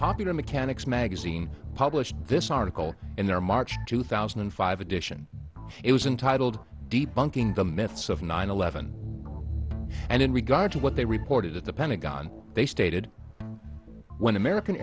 popular mechanics magazine published this article in their march two thousand and five edition it was untitled d bunking the myths of nine eleven and in regard to what they reported at the pentagon they stated when american